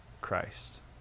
Christ